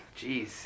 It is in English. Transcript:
Jeez